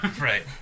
right